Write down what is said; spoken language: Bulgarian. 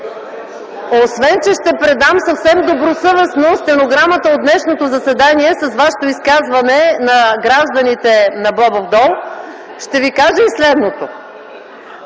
че ще предам съвсем добросъвестно стенограмата от днешното заседание с Вашето изказване на гражданите на Бобов дол, ще Ви кажа и следното.